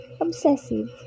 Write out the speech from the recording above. obsessive